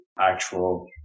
actual